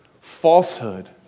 falsehood